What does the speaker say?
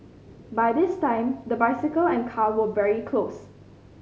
by this time the bicycle and car were very close